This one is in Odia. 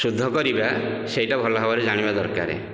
ଶୁଦ୍ଧ କରିବା ସେଇଟା ଭଲ ଭାବରେ ଜାଣିବା ଦରକାର